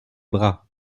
bras